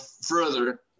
further